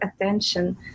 attention